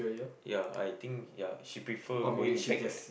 ya I think ya she prefer going back